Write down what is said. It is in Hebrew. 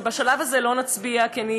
שבשלב הזה לא נצביע עליה,